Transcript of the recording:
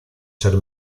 ser